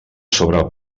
sobre